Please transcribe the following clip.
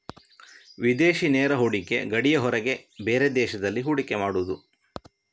ವಿದೇಶಿ ನೇರ ಹೂಡಿಕೆ ಗಡಿಯ ಹೊರಗೆ ಬೇರೆ ದೇಶದಲ್ಲಿ ಹೂಡಿಕೆ ಮಾಡುದು